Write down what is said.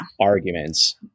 arguments